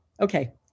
Okay